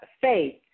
faith